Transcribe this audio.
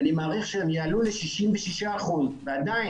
אני מעריך שהם יעלו ל-66 אחוזים אבל זה עדיין